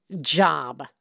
job